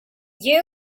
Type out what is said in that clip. you